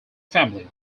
family